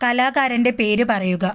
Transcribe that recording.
കലാകാരന്റെ പേര് പറയുക